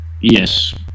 Yes